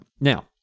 Now